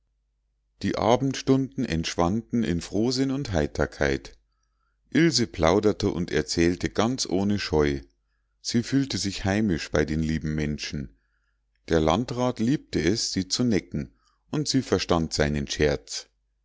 die abendstunden entschwanden in frohsinn und heiterkeit ilse plauderte und erzählte ganz ohne scheu sie fühlte sich heimisch bei den lieben menschen der landrat liebte es sie zu necken und sie verstand seinen scherz